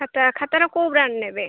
ଖାତା ଖାତା ର କୋଉ ବ୍ରାଣ୍ଡ୍ ନେବେ